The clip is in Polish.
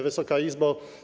Wysoka Izbo!